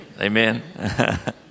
Amen